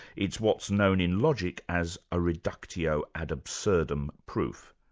it's what's known in logic as a reductio ad absurdum proof,